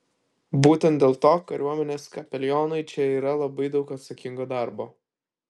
būtent dėl to kariuomenės kapelionui čia yra labai daug atsakingo darbo